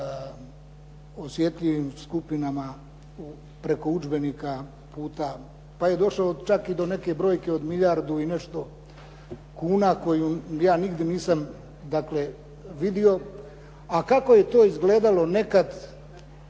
osjetljivim skupinama preko udžbenika, puta, pa je došao čak do neke brojke od milijardu i nešto kuna koju ja nigdje nisam vidio. A kako je to izgledalo nekada